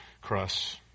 cross